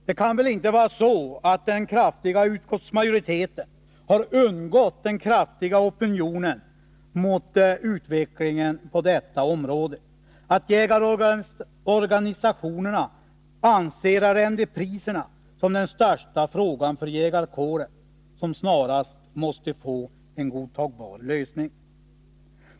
Det kan väl inte ha undgått den kraftiga utskottsmajoriteten att det finns en mycket stark opinion mot utvecklingen på detta område och att jägarorganisationerna anser arrendepriserna vara den för jägarkåren största frågan, som snarast måste få en godtagbar lösning.